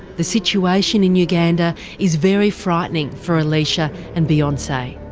the situation in uganda is very frightening for alicia and beyonce.